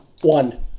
One